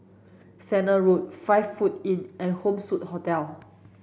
Sennett Road Five Foot Inn and Home Suite Hotel